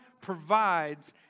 provides